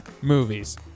movies